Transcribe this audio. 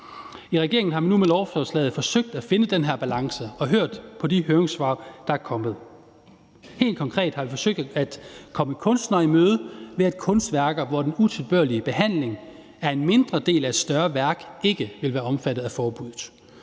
I regeringen har vi nu med lovforslaget forsøgt at finde den her balance, og vi har hørt på de høringssvar, der er kommet. Helt konkret har vi forsøgt at komme kunstnere i møde, ved at kunstværker, hvor den utilbørlige behandling er en mindre del af et større værk, ikke vil være omfattet af forbuddet.